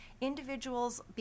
individuals